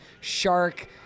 shark